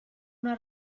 una